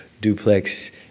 duplex